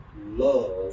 Love